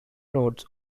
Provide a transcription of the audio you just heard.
notes